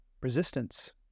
resistance